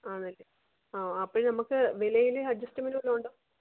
ആന്നല്ലേ ആ അപ്പഴ് നമുക്ക് വിലയിൽ അഡ്ജസ്റ്റമെന്റ് വല്ലതും ഉണ്ടോ